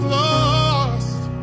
lost